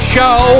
Show